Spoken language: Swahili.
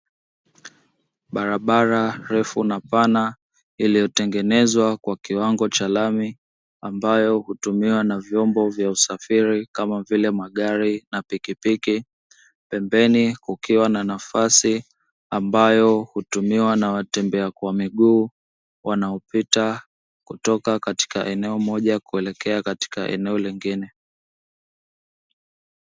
Barabara refu na pana iliyotengenezwa kwa kiwango cha lami ambayo hutumiwa na vyombo vya usafiri kama vile magari na pikipiki, pembeni kukiwa na nafasi ambayo hutumiwa na watembea kwa miguu wanaopita kutoka katika eneo moja kuelekea katika eneo lingine.